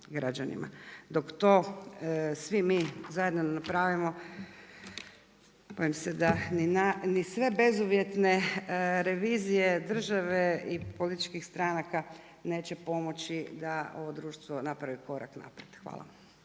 Dok to svi mi zajedno ne napravimo, bojim se da ni bezuvjetne revizije države i političkih stranaka, neće pomoći da ovo društvo napravi korak naprijed. Hvala.